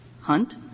Hunt